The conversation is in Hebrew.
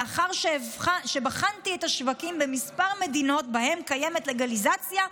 לאחר שבחנתי את השווקים במספר מדינות שבהן קיימת לגליזציה,